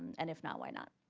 and if not, why not?